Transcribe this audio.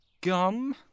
gum